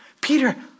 Peter